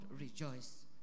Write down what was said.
rejoice